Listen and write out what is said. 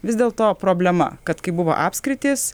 vis dėl to problema kad kai buvo apskritys